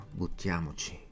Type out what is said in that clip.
buttiamoci